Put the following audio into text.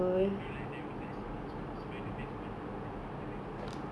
you know like there was spiderman [one] then toby maguire